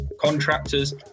contractors